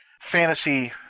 fantasy